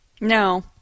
No